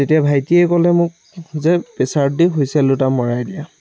তেতিয়া ভাইটিয়ে ক'লে মোক যে প্ৰেচাৰত দি হুচেইল দুটা মৰাই দিয়া